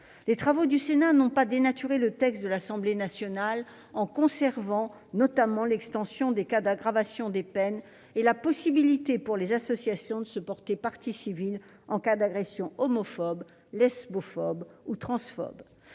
Les travaux du Sénat n'ont pas dénaturé le texte de l'Assemblée nationale, en conservant notamment l'extension des cas d'aggravation des peines et la possibilité pour les associations de se porter partie civile en cas d'agression homophobe, lesbophobe ou transphobe.